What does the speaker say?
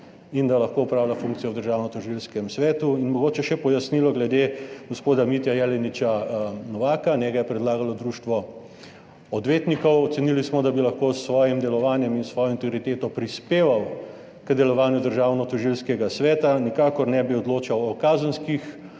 in da lahko opravlja funkcijo v Državnotožilskem svetu. Mogoče še pojasnilo glede gospoda Mitje Jeleniča Novaka. Njega je predlagalo Društvo odvetnikov. Ocenili smo, da bi lahko s svojim delovanjem in s svojo integriteto prispeval k delovanju Državnotožilskega sveta. Nikakor ne bi odločal o kazenskih